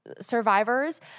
survivors